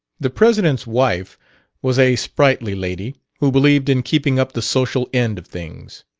the president's wife was a sprightly lady, who believed in keeping up the social end of things.